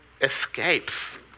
escapes